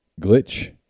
Glitch